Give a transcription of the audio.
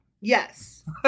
Yes